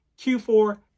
Q4